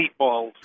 meatballs